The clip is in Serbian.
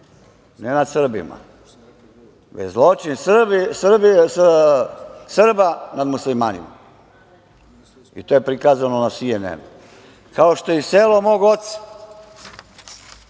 ne nad Srbima, već zločin Srba nad muslimanima. To je prikazano na „CNN“, kao što je i selo mog oca